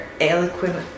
eloquent